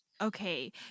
Okay